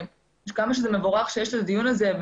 וכמה שזה מבורך שיש את הדיון הזה,